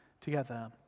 together